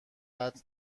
قطع